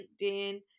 LinkedIn